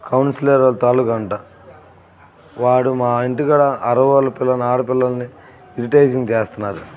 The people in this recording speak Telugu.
కౌన్సిలర్ వాళ్ళ తాలూకా అంట వాడు మా ఇంటికాడ అరవోళ్ళ పిల్లని ఆడపిల్లల్ని ఇరిటేషన్ చేస్తున్నారు